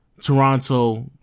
Toronto